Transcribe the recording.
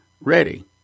ready